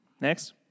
Next